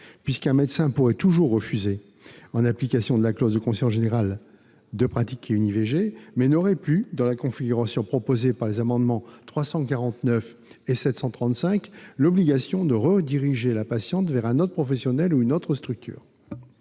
puisqu'un médecin pourrait toujours refuser, en application de la clause de conscience générale, de pratiquer une IVG, mais n'aurait plus, dans la configuration proposée par le biais des amendements n 349 et 735 rectifié l'obligation de rediriger la patiente vers un autre professionnel ou une autre structure.